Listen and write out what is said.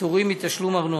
פטורים מתשלום ארנונה.